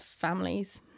families